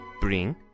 bring